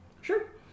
Sure